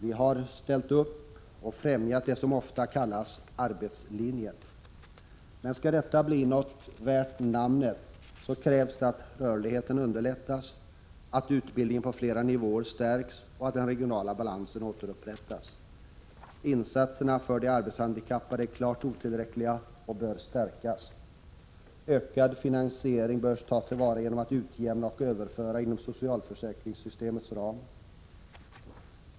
Vi har ställt upp för att främja det som ofta kallats ”arbetslinjen”. Men skall — Prot. 1986/87:94 detta bli något värt namnet krävs det att rörligheten underlättas, att 25 mars 1987 utbildningen på flera nivåer stärks och att den regionala balansen återupprät I ReRrsol tas. Insatserna för de arbetshandikappade är klart otillräckliga och bör ES naaspolte en, m.m. stärkas. Ökad finansiering bör tas till vara genom utjämningar och överföringar inom socialförsäkringssystemets ram.